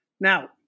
Now